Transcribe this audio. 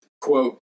quote